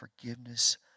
forgiveness